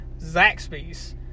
Zaxby's